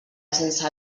sense